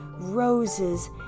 roses